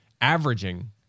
averaging